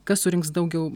kas surinks daugiau